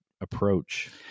approach